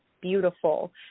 beautiful